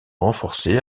renforcés